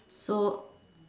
so